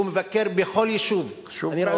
הוא מבקר בכל יישוב, חשוב